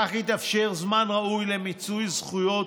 כך יתאפשר זמן ראוי למיצוי זכויות.